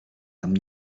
tam